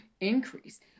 increase